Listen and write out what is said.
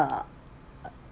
uh